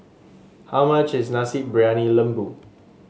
how much is Nasi Briyani Lembu